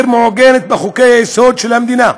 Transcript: המעוגנת בחוקי-היסוד של המדינה,